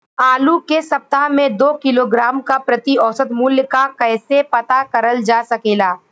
आलू के सप्ताह में दो किलोग्राम क प्रति औसत मूल्य क कैसे पता करल जा सकेला?